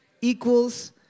equals